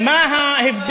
מה אתה משווה?